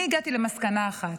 אני הגעתי למסקנה אחת: